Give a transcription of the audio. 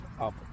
up